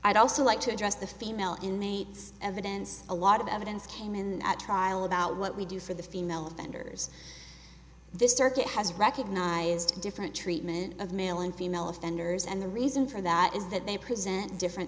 i'd also like to address the female inmates evidence a lot of evidence came in the trial about what we do for the female offenders this circuit has recognized different treatment of male and female offenders and the reason for that is that they present different